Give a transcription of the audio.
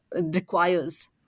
requires